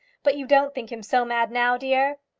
but you don't think him so mad now, dear?